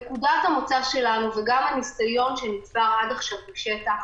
נקודת המוצא שלנו וגם הניסיון שנצבר עד עכשיו בשטח